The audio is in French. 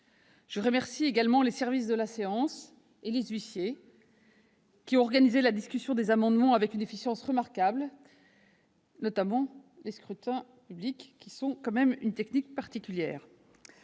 Je remercie également les services de la séance et les huissiers, qui ont organisé la discussion des amendements avec une efficience remarquable, notamment lors des scrutins publics, qui requièrent une technique particulière.